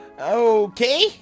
okay